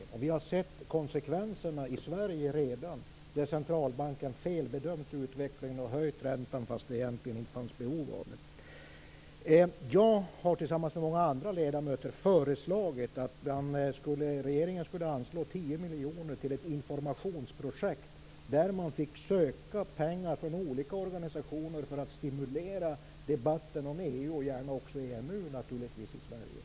Vi har i Sverige redan sett konsekvenserna när en centralbank felbedömt utvecklingen och höjt räntan fastän det egentligen inte fanns behov av det. Jag har tillsammans med många andra ledamöter föreslagit att regeringen skulle anslå 10 miljoner till ett informationsprojekt där man från olika organisationer fick söka pengar för att stimulera debatten om EU, och naturligtvis gärna om EMU, i Sverige.